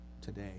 today